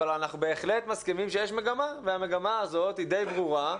אבל אנחנו בהחלט מסכימים שיש מגמה והמגמה הזאת היא די ברורה,